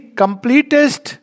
completest